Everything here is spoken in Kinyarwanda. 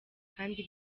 kandi